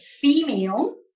female